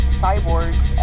cyborgs